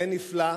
זה נפלא.